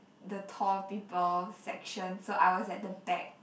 the tall people section so I was at the back